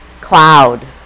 cloud